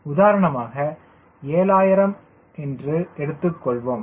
உதாரணமாக 7000 என்று எடுத்துக்கொள்வோம்